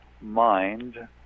mind